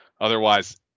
Otherwise